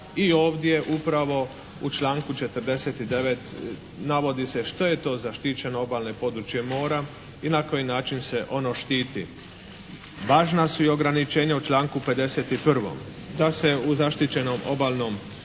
i ovdje upravo u članku 49. navodi se što je to zaštićeno obalno područje mora i na koji način se ono štiti? Važna su i ograničenja u članku 51. da se u zaštićenom obalnom području